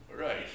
Right